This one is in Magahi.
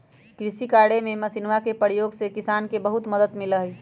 कृषि कार्य में मशीनवन के प्रयोग से किसान के बहुत मदद मिला हई